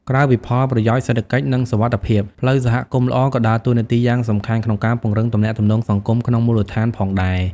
ក្រៅពីផលប្រយោជន៍សេដ្ឋកិច្ច និងសុវត្ថិភាព ផ្លូវសហគមន៍ល្អក៏ដើរតួនាទីយ៉ាងសំខាន់ក្នុងការពង្រឹងទំនាក់ទំនងសង្គមក្នុងមូលដ្ឋានផងដែរ។